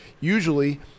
usually